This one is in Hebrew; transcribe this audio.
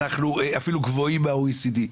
אנחנו אפילו יותר מה-OECD.